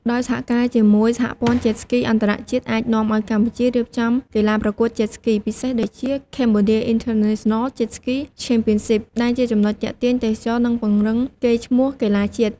ដោយសហការជាមួយសហព័ន្ធ Jet Ski អន្តរជាតិ អាចនាំឱ្យកម្ពុជា រៀបចំកីឡាប្រកួត Jet Ski ពិសេស ដូចជា “Cambodia International Jet Ski Championship” ដែលជាចំណុចទាក់ទាញទេសចរណ៍ និងពង្រឹងកេរ្តិ៍ឈ្មោះកីឡាជាតិ។